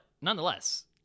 nonetheless